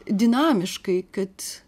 dinamiškai kad